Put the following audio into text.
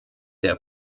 der